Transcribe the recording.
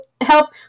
help